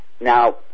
Now